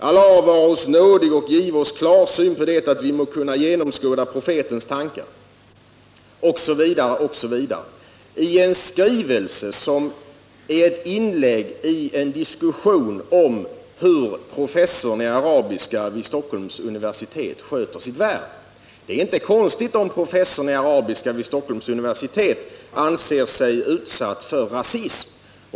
———- Allah vare oss nådig och give oss klarsyn, på det att vi må kunna genomskåda profetens tankar!” Detta står i en skrivelse som är ett inlägg i en diskussion om hur professorn i arabiska vid Stockholms universitet sköter sitt värv. Det är inte konstigt om professorn i arabiska vid Stockholms universitet anser sig vara utsatt för rasism.